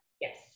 Yes